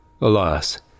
Alas